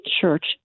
church